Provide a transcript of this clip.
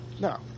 No